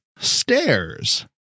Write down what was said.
Stairs